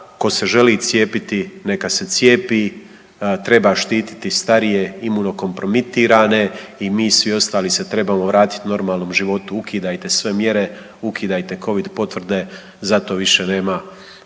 Tko se želi cijepiti neka se cijepi. Treba štititi starije, imuno kompromitirane i mi svi ostali se trebamo vratiti normalnom životu. Ukidajte sve mjere, ukidajte covid potvrde za to više nema